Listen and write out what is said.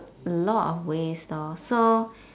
a lot of waste lor so